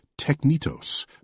technitos